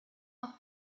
auch